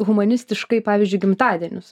humanistiškai pavyzdžiui gimtadienius